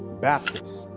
baptist,